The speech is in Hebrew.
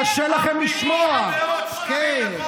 קשה לכם לשמוע, כן.